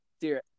dear